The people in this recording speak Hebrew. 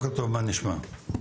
מה נשמע?